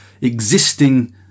existing